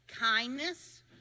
kindness